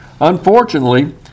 Unfortunately